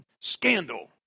scandal